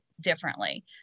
differently